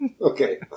Okay